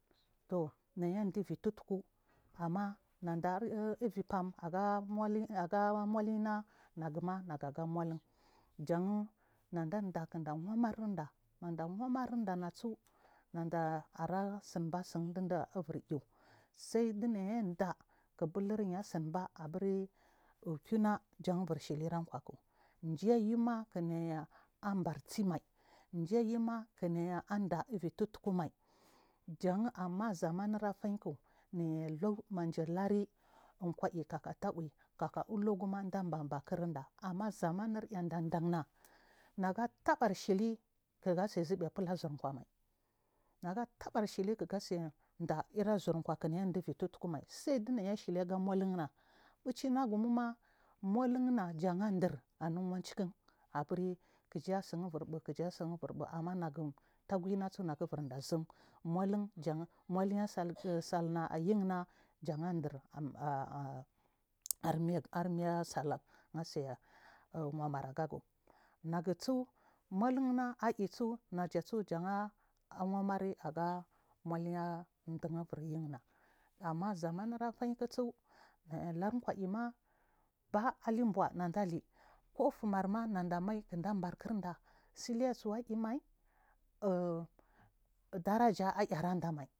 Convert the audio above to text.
Tuu nayiba iuitutku amma nada iui fam aga nulinyi aga nulinyi na naguma naga ga mulum jaw nada dah kinda wamanda maada wamarindana su arashiba sim didabur iwu sai dinayi da kibul yi asiba abur kuma ja ibur shili rakuw ku jayima kinaya barnmai ja yima kinayi ambarsimai jayima kimaya da iui tutkumai jan aman zaman afa ki nayi luu majaluri kwai kakka ta uyi ulaguma dan banbar kirda amma zaman ardandanna naga tabarshili kiga sai zibe fula zirkwa mai naga tabarshili kiga sai baa irri zir kwai kinayi daa uui tutku mai saidinayi shiliga muhunna ɓuchi naguma muluna jan adir anu wancikin aburi kijasin ibur buu kijasin ibur buu amma nagu tagui nasi naja bur da’a zim mul jan muli ya salna ayina jan adir armiya salna asci wamarigagu nagu su mulumna aisu najasu jan awamari aga muliya duu uburyina ammaza man afaikisu nayalur kuyima ba’a alinbua nadehi ku’ufimarima nedamai kindabar kirda silisuwa imai daraja airandamai.